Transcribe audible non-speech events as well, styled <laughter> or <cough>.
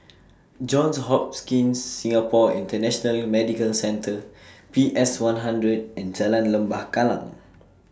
<noise> Johns Hopkins Singapore International Medical Centre <noise> P S one hundred and Jalan Lembah Kallang